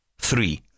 Three